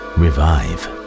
revive